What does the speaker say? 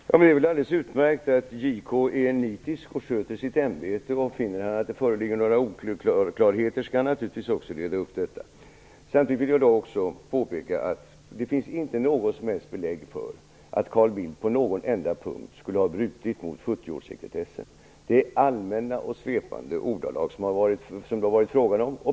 Fru talman! Det är väl alldeles utmärkt att JK är nitisk och sköter sitt ämbete. Om JK finner att det föreligger några oklarheter skall han naturligtvis också reda upp det. Samtidigt vill jag påpeka att det inte finns något som helst belägg för att Carl Bildt på någon enda punkt skulle ha brutit mot 70-årssekretessen. Det är fråga om allmänna och svepande ordalag.